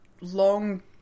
long